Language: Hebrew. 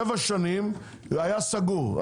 שבע שנים הוא היה סגור,